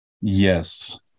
Yes